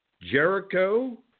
Jericho